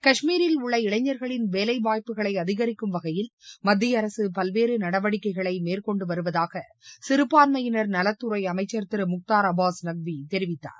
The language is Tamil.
காஷ்மீரில் உள்ள இளைஞர்களின் வேலைவாய்ப்புகளை அதிகரிக்கும் வகையில் மத்திய அரசு பல்வேறு நடவடிக்கைகளை மேற்கொண்டு வருவதாக சிறுபான்மையினர் நலத்துறை அமைச்சர் திரு முக்தர் அப்பாஸ் நக்வி தெரிவித்தார்